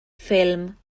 ffilm